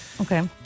okay